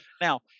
Now